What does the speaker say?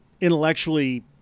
intellectually